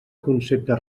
concepte